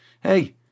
Hey